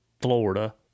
Florida